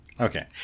Okay